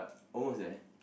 almost there